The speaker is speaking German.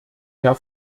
herr